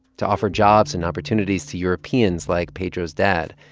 to offer jobs and opportunities to europeans like pedro's dad.